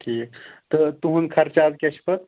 ٹھیٖک تہٕ تُہُنٛد خرچات کیٛاہ چھِ پَتہٕ